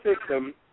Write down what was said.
system